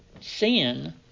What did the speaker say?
sin